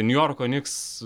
niujorko niks